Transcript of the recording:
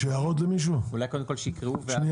יש הערות למישהו לפני זה?